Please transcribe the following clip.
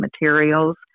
materials